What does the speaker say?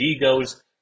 goes